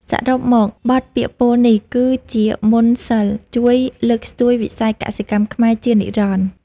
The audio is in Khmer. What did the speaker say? សរុបមក បទពាក្យពោលនេះគឺជាមន្តសីលជួយលើកស្ទួយវិស័យកសិកម្មខ្មែរជានិរន្តរ៍។